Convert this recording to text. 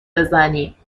بزنی